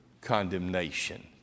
condemnation